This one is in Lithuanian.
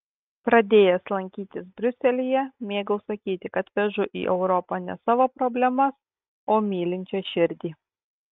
pradėjęs lankytis briuselyje mėgau sakyti kad vežu į europą ne savo problemas o mylinčią širdį